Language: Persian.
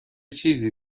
چیزی